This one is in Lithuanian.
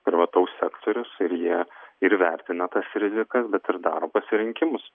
privataus sektorius ir jie ir vertina tas rizikas bet ir daro pasirinkimus